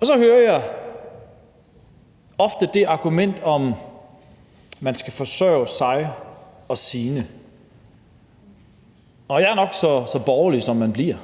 er. Så hører jeg ofte det argument, at man skal forsørge sig og sine. Jeg er nok så borgerlig, som man bliver,